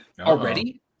Already